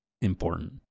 important